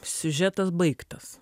siužetas baigtas